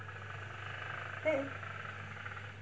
then